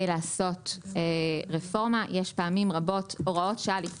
בסוף כדי לעשות רפורמה פעמים רבות יש הוראות שעה שנכנסות